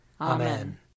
Amen